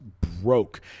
broke